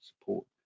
support